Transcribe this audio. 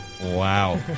Wow